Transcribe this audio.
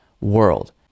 world